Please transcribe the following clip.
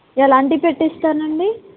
ఎలాంటి పెట్టిస్తానండి